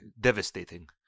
devastating